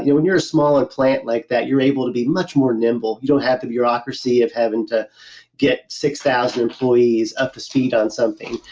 and you're a smaller plant like that you're able to be much more nimble. you don't have the bureaucracy of having to get six thousand employees up to speed on something.